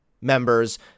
members